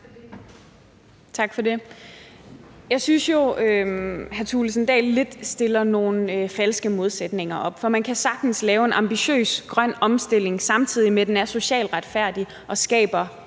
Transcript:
Tak for det. Jeg synes jo, at hr. Kristian Thulesen Dahl lidt stiller nogle falske modsætninger op. For man kan sagtens lave en ambitiøs grøn omstilling, samtidig med at den er socialt retfærdig og skaber